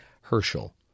Herschel